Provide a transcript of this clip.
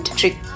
trick